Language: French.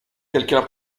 quelqu’un